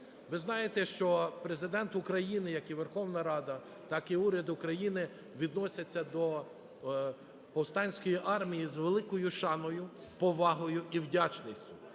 Ви знаєте, що Президент України, як і Верховна Рада, так і уряд України, відносяться до Повстанської армії з великою шаною, повагою і вдячністю.